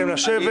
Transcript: יש